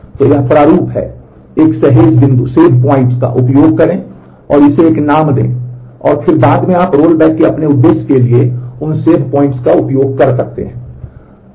तो यह प्रारूप है एक सहेजें बिंदु SAVEPOINTs का उपयोग करें और इसे एक नाम दें और फिर बाद में आप रोलबैक के अपने उद्देश्य के लिए उन SAVEPOINTs का उपयोग कर सकते हैं